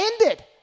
ended